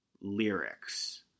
lyrics